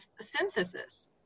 synthesis